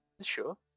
Sure